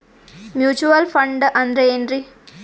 Mutual fund ಅಂದ್ರೆನ್ರಿ?